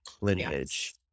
lineage